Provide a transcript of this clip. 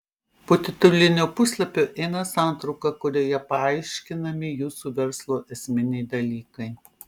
po titulinio puslapio eina santrauka kurioje paaiškinami jūsų verslo esminiai dalykai